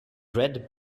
red